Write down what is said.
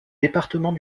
département